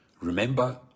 Remember